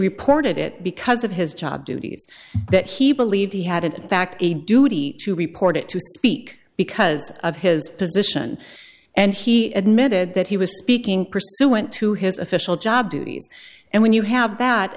reported it because of his job duties that he believed he had in fact a duty to report it to speak because of his position and he admitted that he was speaking pursuant to his official job duties and when you have